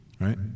right